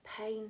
Pain